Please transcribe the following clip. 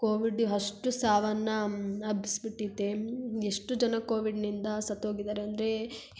Covid ಈ ಅಷ್ಟು ಸಾವನ್ನು ಹಬ್ಸ್ಬಿಟ್ಟಿದೆ ಎಷ್ಟು ಜನ ಕೋವಿಡ್ನಿಂದ ಸತ್ತೋಗಿದ್ದಾರೆ ಅಂದರೆ